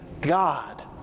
God